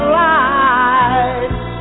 lights